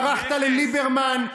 ברחת לליברמן,